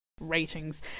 ratings